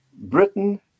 britain